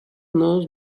knows